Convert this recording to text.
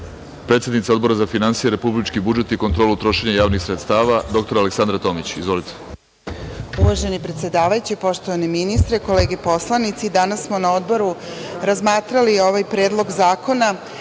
predsednica Odbora za finansije, republički budžet i kontrolu trošenja javnih sredstava, dr Aleksandra Tomić. Izvolite. **Aleksandra Tomić** Uvaženi predsedavajući, poštovani ministre, kolege poslanici, danas smo na Odboru razmatrali ovaj Predlog zakona. Ono